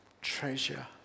treasure